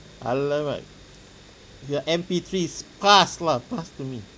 !alamak! your M_P threes pass lah pass to me